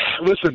listen